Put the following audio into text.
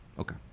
Okay